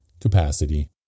capacity